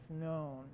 known